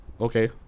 Okay